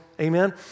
Amen